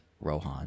Rohan